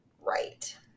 Right